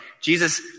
Jesus